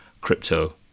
crypto